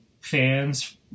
fans